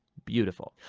beautiful.